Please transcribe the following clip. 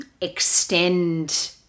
extend